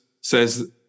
says